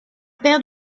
père